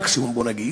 מקסימום בואו נגיד,